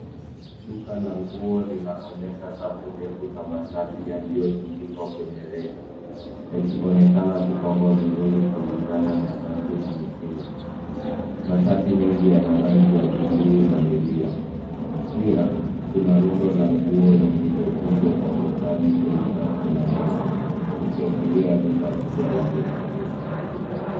Duka la nguo linaonyesha safu ndefu za mashati yaliyotundikwa kwenye reki yakionekana kupangwa vizuri kulingana na rangi na mitindo. Mashati mengi yana rangi ya buluu. Pia kuna rundo la nguo zilizokunjwa kwa ustadi kwenye rafu na meza zikiashiria duka kubwa la rejareja.